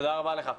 תודה רבה לך.